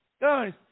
Guys